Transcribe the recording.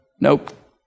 nope